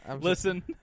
Listen